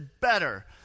better